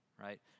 right